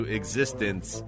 existence